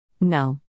No